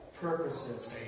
purposes